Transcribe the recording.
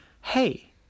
hey